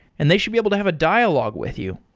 and they should be able to have a dialogue with you.